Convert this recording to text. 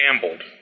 gambled